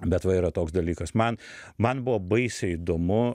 bet va yra toks dalykas man man buvo baisiai įdomu